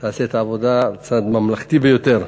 תעשה את העבודה על צד ממלכתי ביותר.